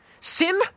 Sin